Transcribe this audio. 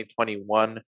2021